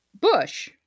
Bush